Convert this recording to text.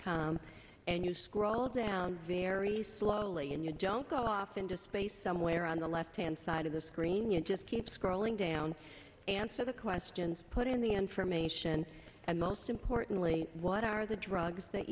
com and you scroll down very slowly and you don't go off into space somewhere on the left hand side of the screen you just keep scrolling down answer the questions put in the information and most importantly what are the drugs that